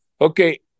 okay